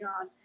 on